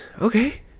okay